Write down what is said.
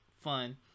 fun